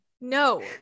no